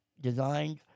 designed